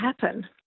happen